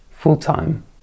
full-time